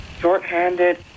short-handed